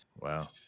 Wow